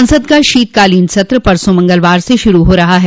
संसद का शीतकालीन सत्र परसों मंगलवार से शुरू हो रहा है